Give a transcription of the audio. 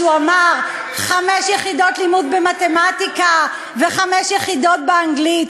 שהוא אמר: חמש יחידות לימוד במתמטיקה וחמש יחידות באנגלית?